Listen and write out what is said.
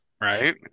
Right